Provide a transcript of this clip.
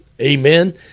Amen